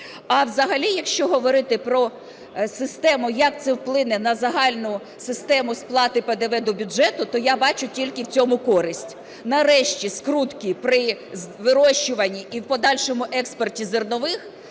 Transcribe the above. А взагалі, якщо говорити про систему, як це вплине на загальну систему сплати ПДВ до бюджету, то я бачу тільки в цьому користь: нарешті скрутки при вирощуванні і в подальшому експорті зернових